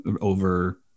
over